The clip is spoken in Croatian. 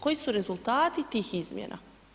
Koji su rezultati tih izmjena?